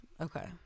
Okay